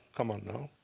come on now.